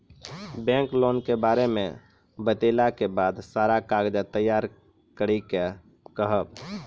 Bank loan के बारे मे बतेला के बाद सारा कागज तैयार करे के कहब?